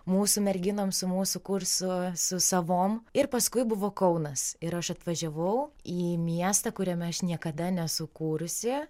mūsų merginoms su mūsų kursu su savom ir paskui buvo kaunas ir aš atvažiavau į miestą kuriame aš niekada nesu kūrusi